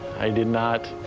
i did not.